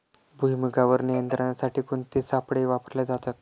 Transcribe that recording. भुईमुगावर नियंत्रणासाठी कोणते सापळे वापरले जातात?